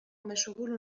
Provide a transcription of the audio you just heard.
مشغول